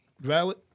valid